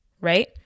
right